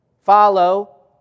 follow